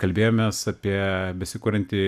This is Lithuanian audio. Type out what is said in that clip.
kalbėjomės apie besikuriantį